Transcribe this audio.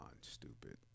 stupid